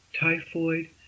typhoid